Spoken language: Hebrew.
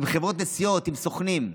עם חברות נסיעות, עם סוכנים.